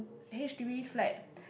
H_D_B flat